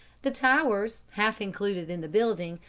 the towers, half included in the building,